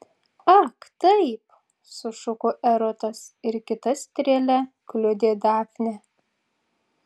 ak taip sušuko erotas ir kita strėle kliudė dafnę